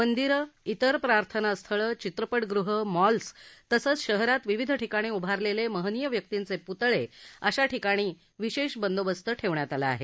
मंदिरं इतर प्रार्थना स्थळं चित्रपटगृह मॉल्स तसंच शहरात विविध ठिकाणी उभारलेले महनीय व्यक्तींचे पुतळे आशा ठिकाणी विशेष बंदोबस्त ठेवण्यात आल आहे